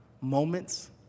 moments